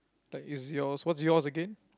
like is yours what's yours again